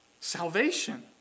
salvation